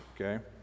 okay